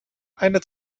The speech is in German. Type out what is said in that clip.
eine